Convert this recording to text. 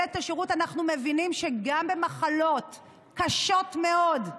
את השירות אנחנו מבינים שגם במחלות קשות מאוד,